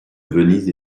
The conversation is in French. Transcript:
venise